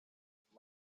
could